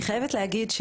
אני חייבת להגיד,